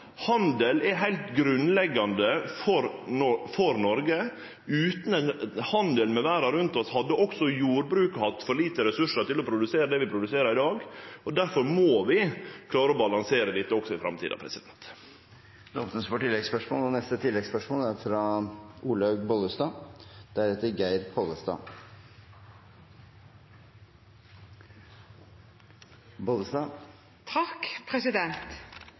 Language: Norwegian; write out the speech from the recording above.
Handel er heilt grunnleggjande for Noreg. Utan handel med verda rundt oss hadde også jordbruket hatt for lite ressursar til å produsere det vi produserer i dag. Difor må vi klare å balansere dette også i framtida. Det åpnes for